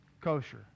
kosher